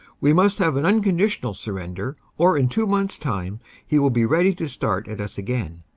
we must have an unconditional surrender, or in two months time he will be ready to start at us again.